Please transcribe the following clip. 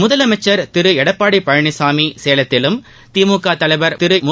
முதலமைச்சர் திரு எடப்பாடி பழனிசாமி சேலத்திலும் திமுக தலைவர் திரு மு